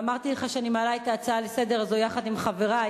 ואמרתי לך שאני מעלה את ההצעה הזו לסדר-היום יחד עם חברי,